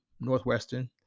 northwestern